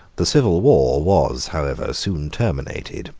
the civil war was, however, soon terminated,